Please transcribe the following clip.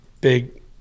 big